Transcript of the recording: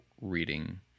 reading